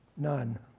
none.